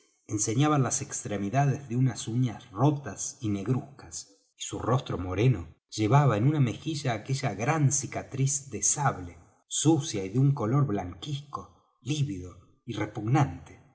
enseñaban las extremidades de unas uñas rotas y negruzcas y su rostro moreno llevaba en una mejilla aquella gran cicatriz de sable sucia y de un color blanquizco lívido y repugnante